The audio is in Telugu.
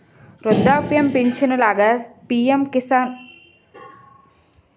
వృద్ధాప్య పించను లాగా పి.ఎం కిసాన్ మాన్ధన్ స్కీంలో మూడు వేలు ఇస్తారు తెలుసా?